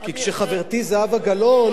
כי כשחברתי זהבה גלאון,